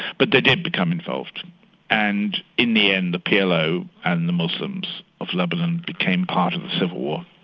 but they did become involved and in the end the plo and the muslims of lebanon became part of the civil war.